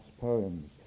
poems